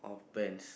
pants